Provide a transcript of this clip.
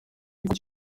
yuko